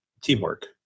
teamwork